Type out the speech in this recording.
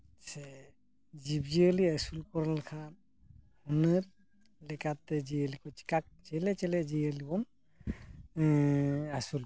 ᱥᱮ ᱡᱤᱵᱽ ᱡᱤᱭᱟᱹᱞᱤ ᱟᱹᱥᱩᱞ ᱠᱚ ᱞᱮᱠᱷᱟᱱ ᱦᱩᱱᱟᱹᱨ ᱞᱮᱠᱟᱠᱛᱮ ᱡᱤᱭᱟᱹᱞᱤ ᱪᱮᱠᱟ ᱪᱤᱞᱤ ᱪᱤᱞᱤ ᱡᱤᱭᱟᱹᱞᱤ ᱵᱚᱱ ᱟᱹᱥᱩᱞ ᱠᱚᱣᱟ